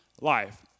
life